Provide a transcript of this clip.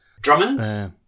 Drummonds